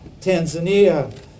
Tanzania